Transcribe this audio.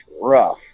rough